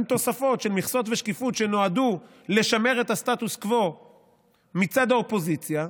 עם תוספות של מכסות ושקיפות שנועדו לשמר את הסטטוס קוו מצד האופוזיציה.